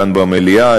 כאן במליאה,